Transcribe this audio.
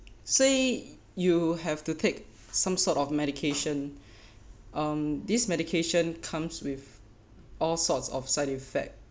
say you have to take some sort of medication um this medication comes with all sorts of side effect